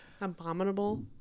Abominable